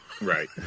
right